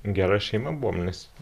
gera šeima buvom nes